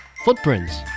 Footprints